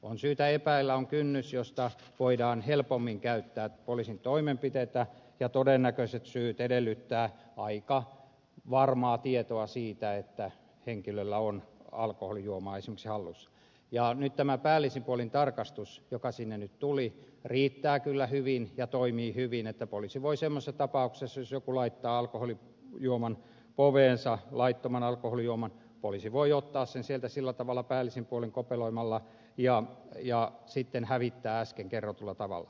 on syytä epäillä on kynnys josta voidaan helpommin käyttää poliisin toimenpiteitä ja todennäköiset syyt edellyttävät aika varmaa tietoa siitä että henkilöllä on esimerkiksi alkoholijuomaa hallussa ja nyt tämä päällisin puolin tarkastus joka sinne nyt tuli riittää kyllä hyvin ja toimii hyvin että poliisi voi semmoisessa tapauksessa jos joku laittaa laittoman alkoholijuoman poveensa ottaa sen sieltä sillä tavalla päällisin puolin kopeloimalla ja sitten hävittää äsken kerrotulla tavalla